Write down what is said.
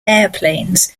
airplanes